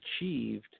achieved